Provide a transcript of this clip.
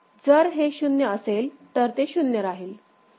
जर हे 0 असेल तर ते 0 राहील